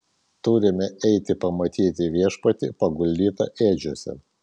turime eiti pamatyti viešpatį paguldytą ėdžiose